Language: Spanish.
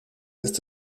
varios